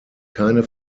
keine